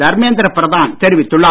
தர்மேந்திர பிரதான் தெரிவித்துள்ளார்